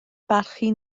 barchu